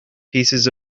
pieces